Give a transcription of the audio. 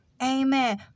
Amen